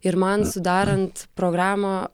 ir man sudarant programą